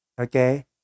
Okay